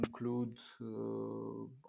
include